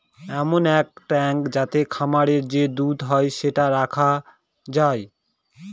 এমন এক ট্যাঙ্ক যাতে খামারে যে দুধ হয় সেটা রাখা যায়